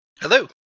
Hello